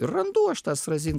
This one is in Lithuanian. ir randu aš tas razin